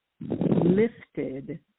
lifted